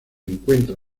encuentra